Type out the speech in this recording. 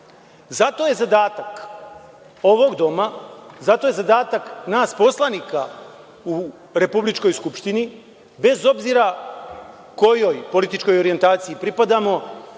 nije. Zato je zadatak ovog doma, zato je zadatak nas poslanika u republičkoj Skupštini, bez obzira kojoj političkoj orijentaciji pripadamo,